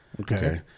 Okay